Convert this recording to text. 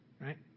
right